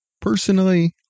Personally